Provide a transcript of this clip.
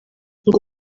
ngo